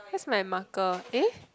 where's my marker eh